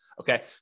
Okay